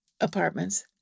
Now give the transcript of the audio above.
apartments